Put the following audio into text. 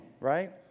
right